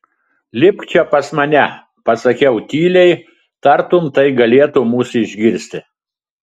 lipk čia pas mane pasakiau tyliai tartum tai galėtų mus išgirsti